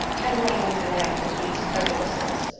adeline only laughed at these prejudices,